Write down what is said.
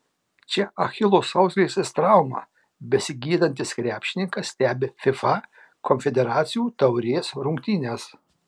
čia achilo sausgyslės traumą besigydantis krepšininkas stebi fifa konfederacijų taurės rungtynes